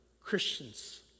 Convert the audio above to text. Christians